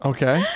Okay